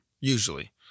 usually